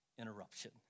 interruption